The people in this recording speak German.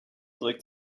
trägt